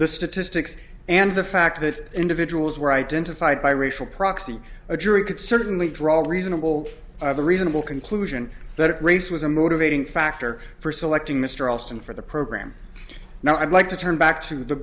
the statistics and the fact that individuals were identified by racial proxy a jury could certainly draw a reasonable the reasonable conclusion that race was a motivating factor for selecting mr alston for the program now i'd like to turn back t